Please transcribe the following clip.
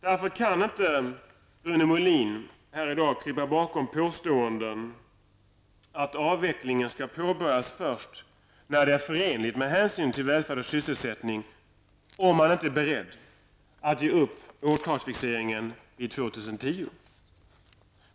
Därför kan inte Rune Molin gå bakom påståenden att avvecklingen skall påbörjas först när den är förenlig med hänsyn till välfärd och sysselsättning om man inte är beredd att ge upp årtalsfixeringen vid 2010.